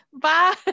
bye